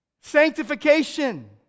sanctification